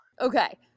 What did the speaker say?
Okay